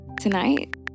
Tonight